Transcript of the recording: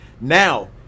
Now